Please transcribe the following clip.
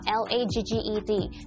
L-A-G-G-E-D